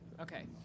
Okay